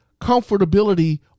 comfortability